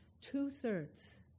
Two-thirds